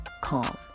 calm